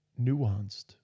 nuanced